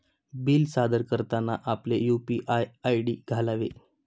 bill सादर करताना आपले यू.पी.आय आय.डी घालावे